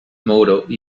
motto